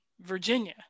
Virginia